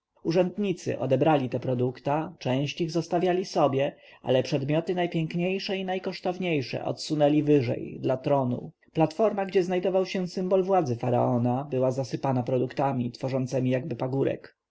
urzędnicy odebrali te produkta część ich zostawiali sobie ale przedmioty najpiękniejsze i najkosztowniejsze odsunęli wyżej dla tronu platforma gdzie znajdował się symbol władzy faraona była zasypana produktami tworzącemi jakby pagórek